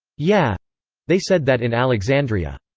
yeah they said that in alexandria.